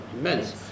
immense